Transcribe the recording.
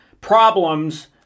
problems